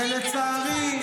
לצערי,